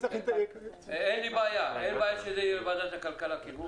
תראה, אין בעיה שזה יהיה בוועדת הכלכלה כגוף אחד.